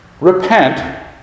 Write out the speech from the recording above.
Repent